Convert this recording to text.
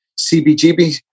CBGB